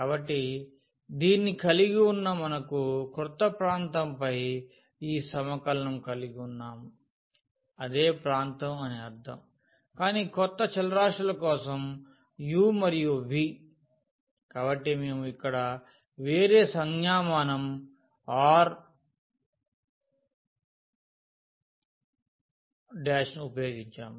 కాబట్టి దీన్ని కలిగి ఉన్న మనకు క్రొత్త ప్రాంతం పై ఈ సమకలనం కలిగి ఉన్నాము అదే ప్రాంతం అని అర్థం కానీ కొత్త చలరాశుల కోసం u మరియు v కాబట్టి మేము ఇక్కడ వేరే సంజ్ఞామానం R ను ఉపయోగించాము